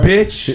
Bitch